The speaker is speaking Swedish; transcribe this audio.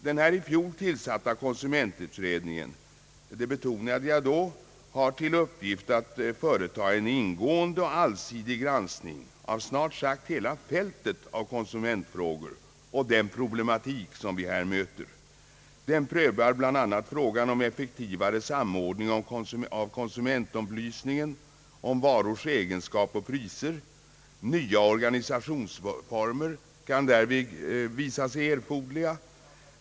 Den i fjol tillsatta konsumentutredningen, det betonade jag då, har till uppgift att företa en ingående och allsidig granskning av snart sagt hela fältet av konsumentfrågor och den problematik som vi här möter. Den prövar bl.a. frågorna om effektivare samordning av konsumentupplysningen och om varors egenskaper och priser. Nya organisationsformer kan därvid visa sig erforderliga.